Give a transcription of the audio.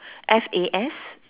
F A S